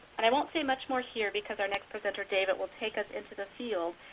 and i won't say much more here because our next presenter david will take us into the field,